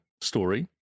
story